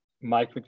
Mike